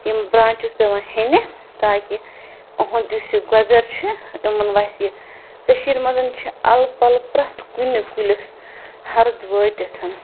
یِم برانٛچس پٮ۪وان ہینہِ تاکہِ أہنٛدۍ یُس یہِ گوبٮ۪ر چھُ یِمن وَسہِ یہِ کشیٖرِ منٛز چھِ الہٕ پَلہٕ پرٛٮ۪تھ کُنہِ کُلِس ہرٕد وٲتِتھ